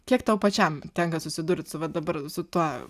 kiek tau pačiam tenka susidurt su va dabar su ta